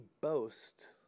boast